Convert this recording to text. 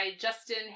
Justin